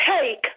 take